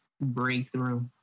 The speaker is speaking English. breakthrough